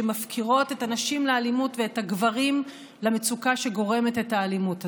שמפקירות את הנשים לאלימות ואת הגברים למצוקה שגורמת את האלימות הזאת.